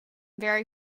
very